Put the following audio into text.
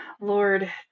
Lord